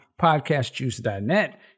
podcastjuice.net